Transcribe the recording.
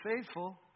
faithful